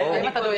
להם אתה דואג.